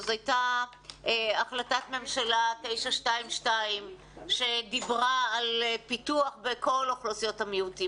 אז הייתה החלטת ממשלה 922 שדיברה על פיתוח בכל אוכלוסיות המיעוטים.